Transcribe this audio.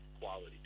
quality